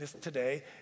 today